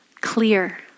clear